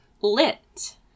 lit